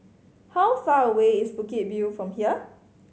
how far away is Bukit View from here